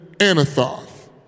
Anathoth